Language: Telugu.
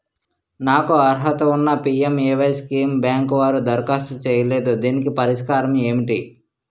నాకు అర్హత ఉన్నా పి.ఎం.ఎ.వై స్కీమ్ బ్యాంకు వారు దరఖాస్తు చేయలేదు దీనికి పరిష్కారం ఏమిటి?